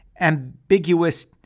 ambiguous